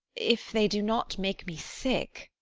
if they do not make me sick.